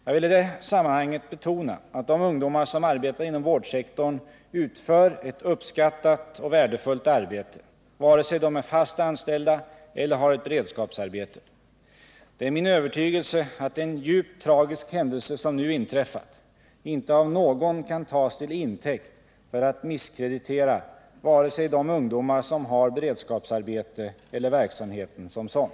Jag vill i sammanhanget betona att de ungdomar som arbetar inom vårdsektorn utför ett uppskattat och värdefullt arbete, vare sig de är fast anställda eller har ett beredskapsarbete. Det är min övertygelse att en djupt tragisk händelse som nu inträffat inte av någon kan tas till intäkt för att misskreditera vare sig de ungdomar som har beredskapsarbete eller verksamheten som sådan.